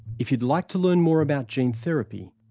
if you'd like to learn more about gene therapy,